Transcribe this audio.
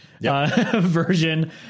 version